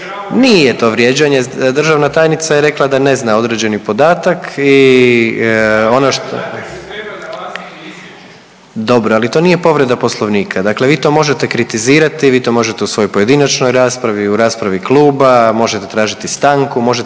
Zvane Brumnić: Taj se treba nalaziti u izvješću./… … dobro, ali to nije povreda Poslovnika, dakle vi to možete kritizirati, vi to možete u svojoj pojedinačnoj raspravi, u raspravi kluba, možete tražiti stanku, možete